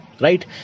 Right